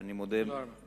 אני מודה לכולם,